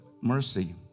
mercy